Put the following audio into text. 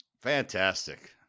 fantastic